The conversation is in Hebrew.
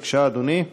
בבקשה, אדוני.